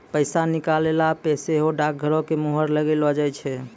पैसा निकालला पे सेहो डाकघरो के मुहर लगैलो जाय छै